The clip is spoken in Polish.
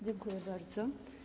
Dziękuję bardzo.